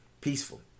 peaceful